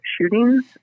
shootings